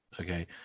okay